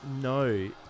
No